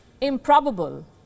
Improbable